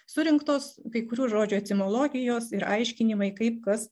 surinktos kai kurių žodžių etimologijos ir aiškinimai kaip kas